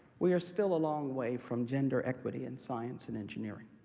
we are still a long way from gender equity in science and engineering.